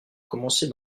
commencé